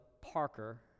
Parker